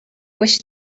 wish